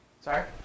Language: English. Sorry